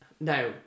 now